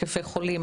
היקפי חולים,